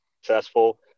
successful